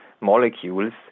molecules